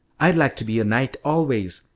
i'd like to be a knight always,